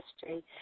history